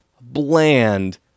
bland